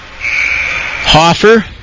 Hoffer